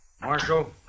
Marshal